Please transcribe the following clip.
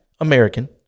American